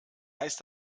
heißt